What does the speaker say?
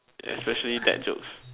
especially bad jokes